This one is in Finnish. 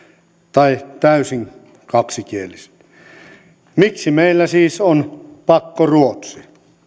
tai täysin kaksikieliset miksi meillä siis on pakkoruotsi